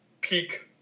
peak